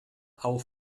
auch